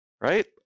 Right